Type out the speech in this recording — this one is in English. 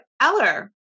Eller